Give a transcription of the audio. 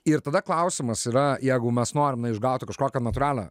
ir tada klausimas yra jeigu mes norime išgauti kažkokią natūralią